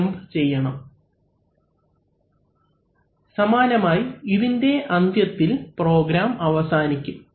അവലംബിക്കുന്ന സ്ലൈഡ് സമയം 1315 സമാനമായി ഇതിൻറെ അന്ത്യത്തിൽ പ്രോഗ്രാം അവസാനിക്കും